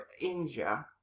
India